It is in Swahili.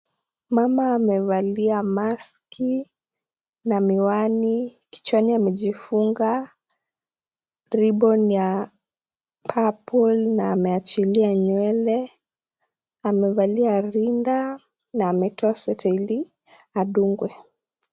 Mama amevalia maski na miwani, kichwani amejifunga ribbon ya purple na ameachilia nywele amevalia rinda na ametoa sweta ili adungwe.